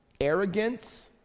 Arrogance